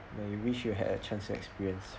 ya wish you had a chance to experience